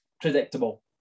Predictable